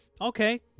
Okay